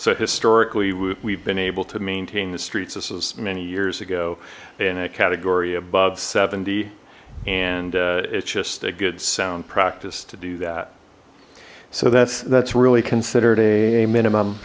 so historically we've been able to maintain the streets this was many years ago in a category above seventy and it's just a good sound practice to do that so that's that's really considered a a minimum